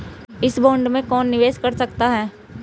इस बॉन्ड में कौन निवेश कर सकता है?